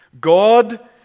God